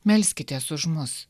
melskitės už mus